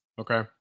okay